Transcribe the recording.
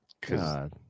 God